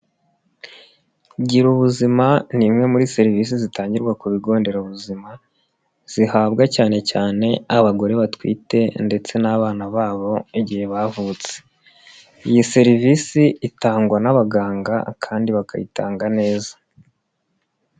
Gira ubuzima ni imwe muri serivisi zitangirwa ku bigo nderabuzima zihabwa cyane cyane abagore batwite ndetse n'abana babo igihe bavutse, iyi serivisi itangwa n'abaganga kandi bakayitanga neza.